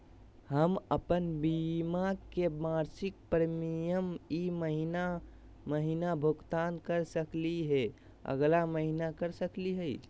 हम अप्पन बीमा के मासिक प्रीमियम ई महीना महिना भुगतान कर सकली हे, अगला महीना कर सकली हई?